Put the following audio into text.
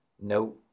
no